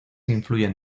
incluyen